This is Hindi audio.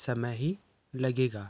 समय ही लगेगा